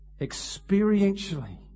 experientially